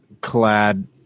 clad